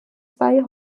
zwei